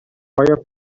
آیا